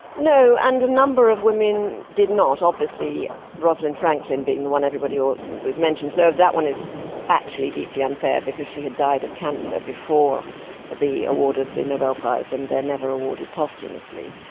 no, and a number of women did not. obviously rosalind franklin being the one everybody ah always mentions, so that one is actually deeply unfair because she had died of cancer before the award of the nobel prize and they're never awarded posthumously.